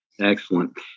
Excellent